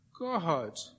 God